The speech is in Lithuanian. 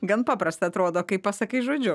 gan paprasta atrodo kaip pasakai žodžiu